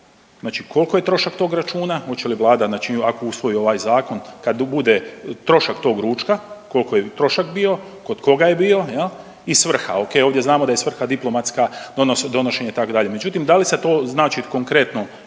znači koliko je trošak tog računa, hoće li Vlada znači ako usvoji ovaj zakon, kad bude trošak tog ručka, koliko je trošak bio, kod koga je bio, jel' i svrha? Ok, ovdje znamo da je svrha diplomatska odnosno donošenje